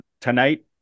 tonight